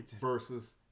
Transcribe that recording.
versus